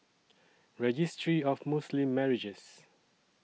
Registry of Muslim Marriages